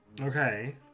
okay